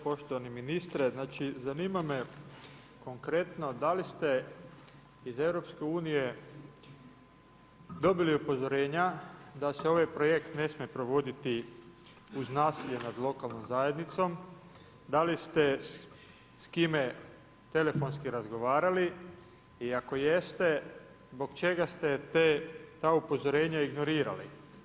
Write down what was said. Poštovani ministre, znači, zanima me konkretno da li ste iz EU dobili upozorenja da se ovaj projekt ne smije provoditi uz nasilje nad lokalnom zajednicom, dali ste s kime telefonski razgovarali i ako jeste, zbog čega ste ta upozorenja ignorirali.